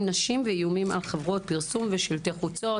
נשים ואיומים על חברות פרסום ושלטי חוצות.